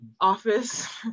office